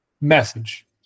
message